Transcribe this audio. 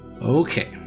Okay